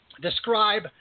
describe